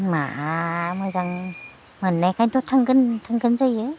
मा मोजां मोननायखायनोथ' थांगोन थांगोन जायो